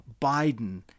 Biden